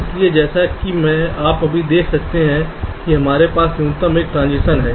इसलिए जैसा कि आप देख सकते हैं कि हमारे पास न्यूनतम एक ट्रांजिशन है